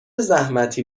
زحمتی